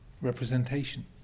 representation